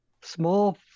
small